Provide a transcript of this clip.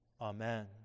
Amen